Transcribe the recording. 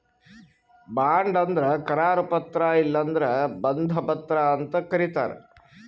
bond ಅಂದ್ರ ಕರಾರು ಪತ್ರ ಇಲ್ಲಂದ್ರ ಬಂಧ ಪತ್ರ ಅಂತ್ ಕರಿತಾರ್